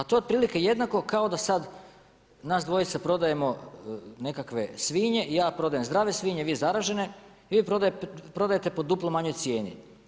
To je otprilike jednako, kao da sad nas dvojica prodajemo nekakve svinje, ja prodajem zdrave svinje, vi zaražene, vi prodajete po duplo manjoj cijeni.